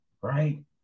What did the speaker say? right